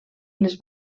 les